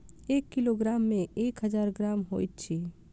एक किलोग्राम मे एक हजार ग्राम होइत अछि